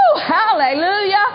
Hallelujah